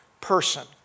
person